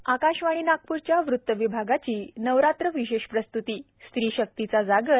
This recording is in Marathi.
मिड ब्रेक आकाशवाणी नागप्रच्या वृत्त विभागाची नवरात्र विशेष प्रस्त्ती स्त्री शक्तीचा जागर